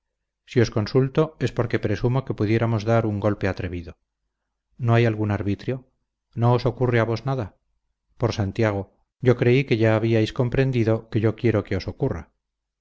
si os consulto es porque presumo que pudiéramos dar un golpe atrevido no hay algún arbitrio no os ocurre a vos nada por santiago yo creí que ya habíais comprendido que yo quiero que os ocurra